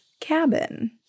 Cabin